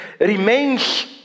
remains